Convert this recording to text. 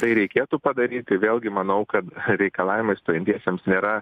tai reikėtų padaryti vėlgi manau kad reikalavimai stojantiesiems nėra